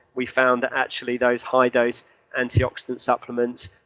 we found that actually those high dose antioxidant supplements,